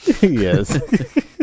Yes